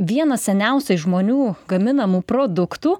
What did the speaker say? vienas seniausiai žmonių gaminamų produktų